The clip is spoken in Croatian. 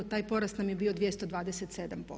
Taj porast nam je bio 227%